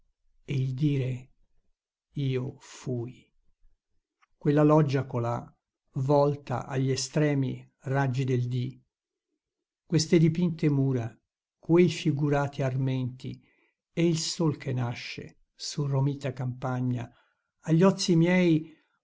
dire io fui quella loggia colà volta agli estremi raggi del dì queste dipinte mura quei figurati armenti e il sol che nasce su romita campagna agli ozi miei